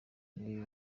ibi